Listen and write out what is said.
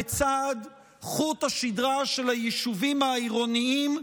בצד חוט השדרה של היישובים העירוניים,